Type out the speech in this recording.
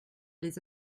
les